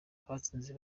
abatsinze